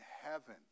heaven